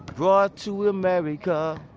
brought to america.